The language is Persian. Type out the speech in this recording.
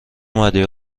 اومدی